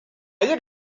yin